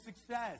success